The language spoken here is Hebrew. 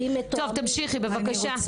יואב,